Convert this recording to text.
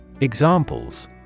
Examples